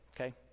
okay